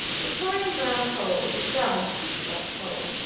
victorian brown coal is a young, peat-like coal.